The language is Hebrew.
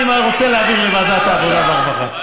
אני רוצה להעביר לוועדת העבודה והרווחה.